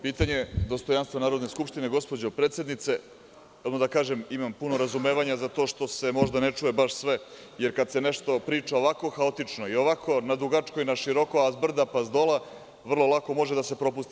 Pitanje dostojanstva Narodne skupštine, gospođo predsednice, a samo da kažem, imam puno razumevanja za to što se ne čuje možda baš sve, jer kada se nešto priča ovako haotično i ovako na dugačko i na široko, a s brda, pa s dola, vrlo lako može da se propusti.